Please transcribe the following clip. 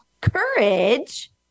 courage